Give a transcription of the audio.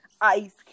ice